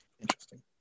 Interesting